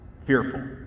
fearful